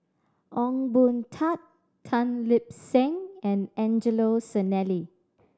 Ong Boon Tat Tan Lip Seng and Angelo Sanelli